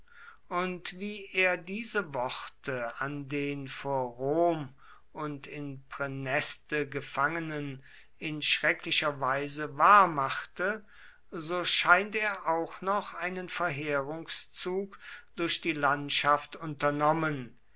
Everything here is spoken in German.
und wie er diese worte an den vor rom und in praeneste gefangenen in schrecklicher weise wahr machte so scheint er auch noch einen verheerungszug durch die landschaft unternommen